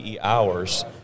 hours